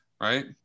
right